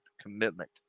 commitment